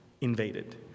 invaded